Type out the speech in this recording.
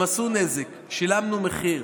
הם עשו נזק, שילמנו מחיר,